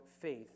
faith